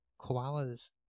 koalas